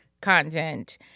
content